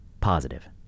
positive